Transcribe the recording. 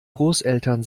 großeltern